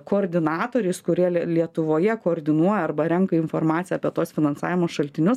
koordinatoriais kurie lietuvoje koordinuoja arba renka informaciją apie tuos finansavimo šaltinius